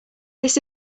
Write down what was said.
this